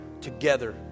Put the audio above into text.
together